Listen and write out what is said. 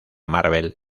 marvel